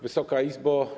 Wysoka Izbo!